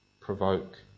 provoke